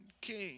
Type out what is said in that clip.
king